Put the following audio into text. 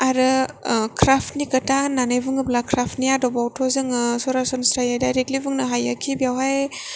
आरो क्राफ्टनि खोथा होन्नानै बुङोब्ला क्राफ्टनि आदबावथ' जोङो सरासनस्रायै डाइरेक्टलि बुंनो हायोखि बेवहाय